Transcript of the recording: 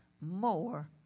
more